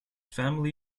family